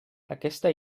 aquesta